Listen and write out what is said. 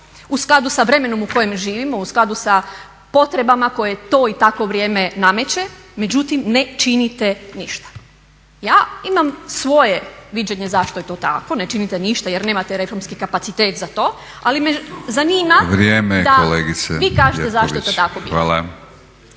u skladu sa vremenom u kojem živimo, u skladu sa potrebama koje to i takvo vrijeme nameće, međutim ne činite ništa. Ja imam svoje viđenje zašto je to tako. Ne činite ništa jer nemate reformski kapacitet za to, ali me zanima da vi kažete zašto je to tako bilo.